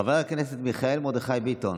חבר הכנסת מיכאל מרדכי ביטון,